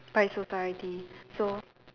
by society so